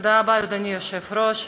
אדוני היושב-ראש,